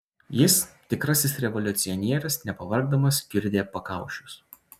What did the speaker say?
jis tikrasis revoliucionierius nepavargdamas kiurdė pakaušius